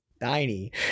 tiny